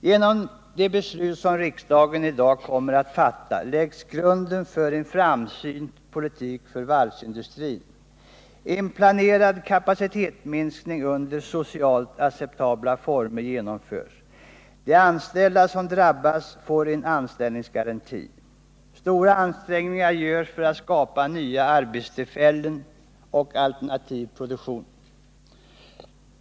Genom de beslut som riksdagen i dag kommer att fatta läggs grunden för en framsynt politik för varvsindustrin. En planerad kapacitetsminskning under socialt acceptabla former genomförs. De anställda som drabbas får en anställningsgaranti. Stora ansträngningar görs för att skapa nya arbetstillfällen och alternativ produktion.